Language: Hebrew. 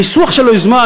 הניסוח של היוזמה,